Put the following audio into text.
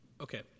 okay